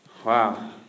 Wow